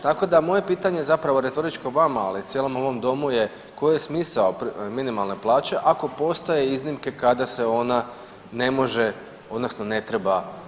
Tako da moje pitanje zapravo retoričko vama, ali i cijelom ovom domu je koji je smisao minimalne plaće ako postoje iznimke kada se ona ne može odnosno ne treba isplatiti?